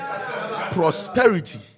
Prosperity